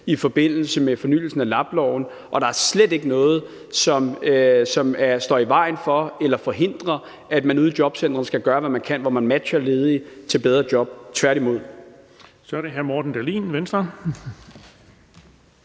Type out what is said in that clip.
i forbindelse med fornyelsen af LAB-loven, og der er slet ikke noget, som står i vejen for eller forhindrer, at man ude i jobcentrene skal gøre, hvad man kan, for at matche ledige til bedre job – tværtimod.